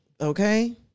Okay